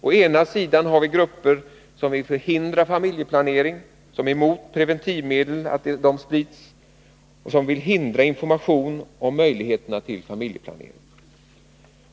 Å ena sidan har vi grupper som vill förhindra familjeplanering, som är emot att preventivmedel sprids och som vill hindra information om möjligheterna till familjeplanering.